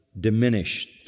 diminished